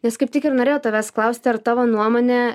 nes kaip tik ir norėjau tavęs klausti ar tavo nuomone